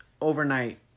overnight